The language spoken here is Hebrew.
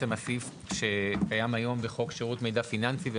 הסעיף שקיים היום בחוק שירות מידע פיננסי הוא